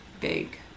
big